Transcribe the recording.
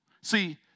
See